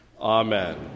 Amen